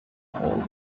hole